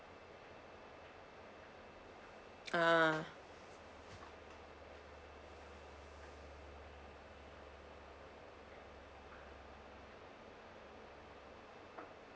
ah